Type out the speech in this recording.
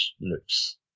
looks